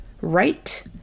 right